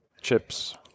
chips